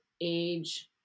age